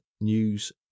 news